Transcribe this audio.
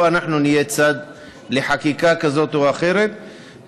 אנחנו נהיה צד לחקיקה כזאת או אחרת,